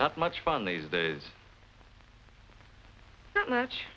not much fun these days not much